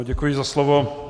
Děkuji za slovo.